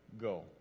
Go